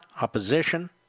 opposition